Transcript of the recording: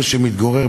זה.